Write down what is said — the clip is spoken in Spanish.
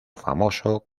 famoso